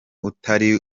utari